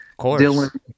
Dylan